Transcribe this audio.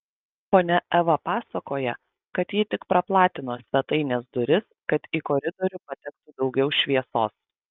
ponia eva pasakoja kad ji tik praplatino svetainės duris kad į koridorių patektų daugiau šviesos